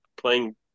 playing